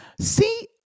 See